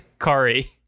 Kari